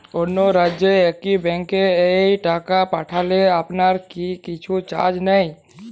অন্য রাজ্যের একি ব্যাংক এ টাকা পাঠালে আপনারা কী কিছু চার্জ নেন?